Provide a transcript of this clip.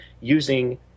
using –